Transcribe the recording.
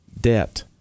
debt